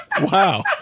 Wow